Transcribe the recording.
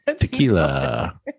tequila